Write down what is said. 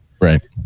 Right